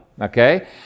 okay